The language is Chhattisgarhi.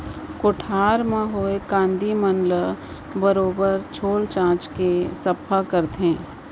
कोठार म होए कांदी मन ल बरोबर छोल छाल के सफ्फा करथे